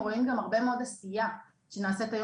רואים גם הרבה מאוד עשייה שנעשית היום